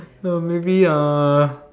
no maybe uh